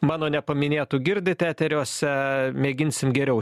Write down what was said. mano nepaminėtų girdit eteriuose mėginsim geriau